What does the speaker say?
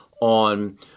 on